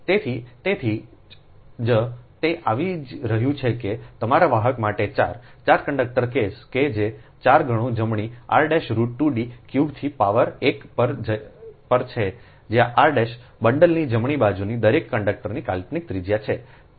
તેથી તેથી જ તે આવી રહ્યું છે કે તમારા વાહક માટે 44 કંડક્ટર કેસ કે જે ચારગણું જમણી r રુટ 2 D ક્યુબથી પાવર એક પર છે જ્યાં r બંડલની જમણી બાજુના દરેક કંડક્ટરની કાલ્પનિક ત્રિજ્યા છે